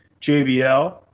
JBL